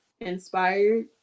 inspired